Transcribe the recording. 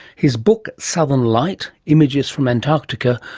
his book southern light images from antarctica,